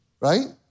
right